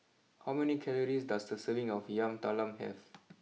how many calories does a serving of Yam Talam have